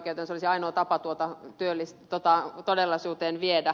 se olisi ainoa tapa tuota viedä